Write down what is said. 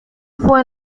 fue